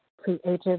creative